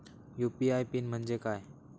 UPI PIN म्हणजे काय?